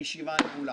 הישיבה נעולה.